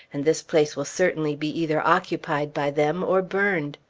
and this place will certainly be either occupied by them, or burned.